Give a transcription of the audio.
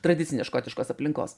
tradicinės škotiškos aplinkos